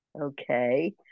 Okay